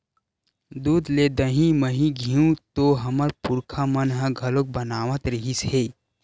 दूद ले दही, मही, घींव तो हमर पुरखा मन ह घलोक बनावत रिहिस हे